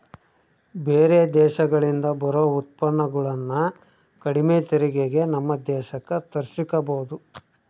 ಬೇರೆ ದೇಶಗಳಿಂದ ಬರೊ ಉತ್ಪನ್ನಗುಳನ್ನ ಕಡಿಮೆ ತೆರಿಗೆಗೆ ನಮ್ಮ ದೇಶಕ್ಕ ತರ್ಸಿಕಬೊದು